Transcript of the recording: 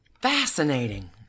Fascinating